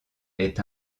est